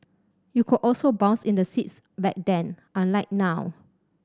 you could also bounce in the seats back then unlike now